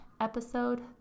episode